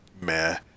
meh